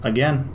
Again